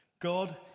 God